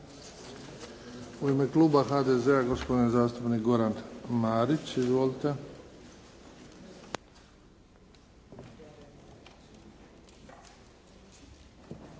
U ime Kluba HDZ-a gospodin zastupnik Goran Marić. Izvolite.